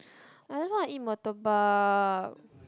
I just want to eat Murtabak